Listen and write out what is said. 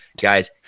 guys